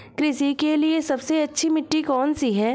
कृषि के लिए सबसे अच्छी मिट्टी कौन सी है?